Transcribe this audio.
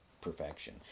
perfection